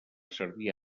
servir